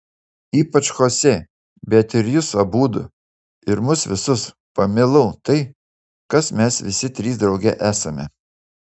ypač chosė bet ir jus abudu ir mus visus pamilau tai kas mes visi trys drauge esame